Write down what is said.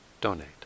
donate